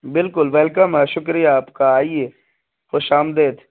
بالکل ویلکم ہے شکریہ آپ کا آئیے خوش آمدید